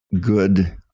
good